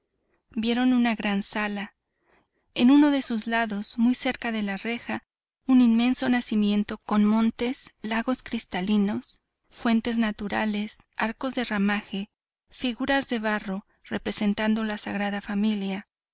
vieron una gran sala en uno de sus lados muy cerca de la reja un inmenso nacimiento con montes lagos cristalinos fuentes naturales arcos de ramaje figuras de barro representando la sagrada familia